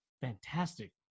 fantastic